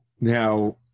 Now